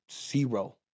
zero